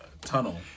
tunnel